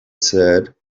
said